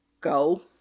go